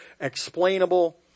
explainable